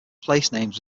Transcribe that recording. placenames